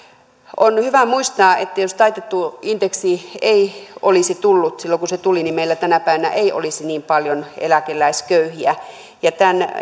on hyvä muistaa että jos taitettu indeksi ei olisi tullut silloin kun se tuli meillä tänä päivänä ei olisi niin paljon eläkeläisköyhiä tämän